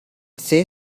say